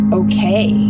okay